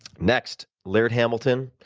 next. laird hamilton,